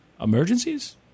emergencies